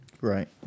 Right